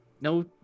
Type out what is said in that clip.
no